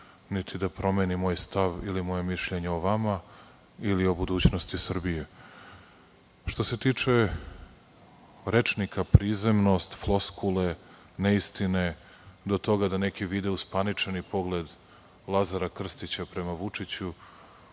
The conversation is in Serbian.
niti da promeni moj stav ili moje mišljenje o vama ili o budućnosti Srbije. Što se tiče rečnika - prizemnost, floskule, neistine, do toga da neki vide uspaničeni pogled Lazara Krstića prema Vučiću,